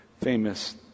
famous